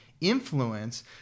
influence